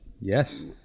Yes